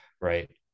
right